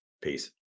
Peace